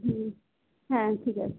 হুম হ্যাঁ ঠিক আছে